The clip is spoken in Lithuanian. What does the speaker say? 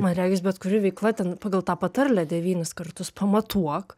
man regis bet kuri veikla ten pagal tą patarlę devynis kartus pamatuok